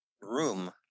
room